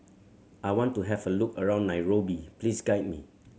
I want to have a look around Nairobi please guide me